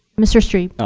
mr. strebe. ay.